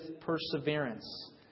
perseverance